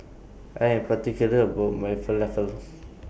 I Am particular about My Falafel